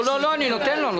לא, אני נותן לו.